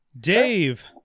Dave